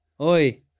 Oi